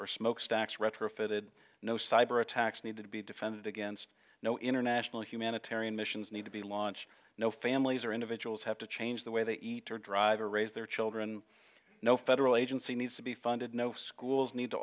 or smokestacks retrofitted no cyber attacks need to be defended against no international humanitarian missions need to be launched no families or individuals have to change the way they eat or drive or raise their children no federal agency needs to be funded no schools need to